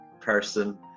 person